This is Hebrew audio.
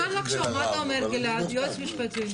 אפשר לחשוב, מה אתה אומר, היועץ המשפטי גלעד?